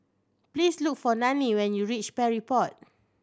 please look for Nannie when you reach Parry Road